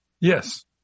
Yes